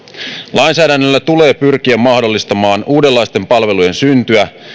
lainsäädännöllä tulee pyrkiä mahdollistamaan uudenlaisten palveluiden syntyä pitäen